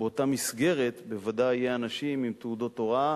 באותה מסגרת בוודאי יהיו אנשים עם תעודות הוראה.